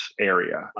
area